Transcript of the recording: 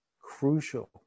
crucial